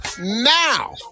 now